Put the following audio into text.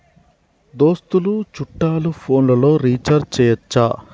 దోస్తులు చుట్టాలు ఫోన్లలో రీఛార్జి చేయచ్చా?